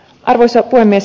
arvoisa puhemies